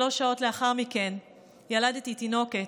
שלוש שעות לאחר מכן ילדתי תינוקת.